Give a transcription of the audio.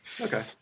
Okay